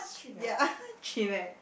ya chillax